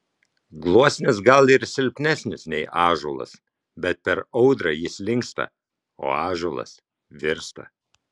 gluosnis gal ir silpnesnis nei ąžuolas bet per audrą jis linksta o ąžuolas virsta